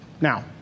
Now